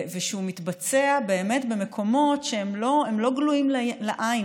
והוא מתבצע באמת במקומות שהם לא גלויים לעין,